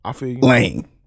lane